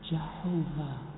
Jehovah